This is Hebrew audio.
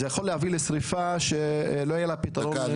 זה יכול להביא לשריפה שלא יהיה לה פתרון.